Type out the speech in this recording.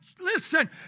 listen